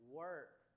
work